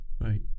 Right